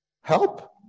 help